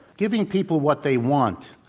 giving people what they want.